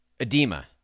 edema